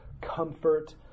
Comfort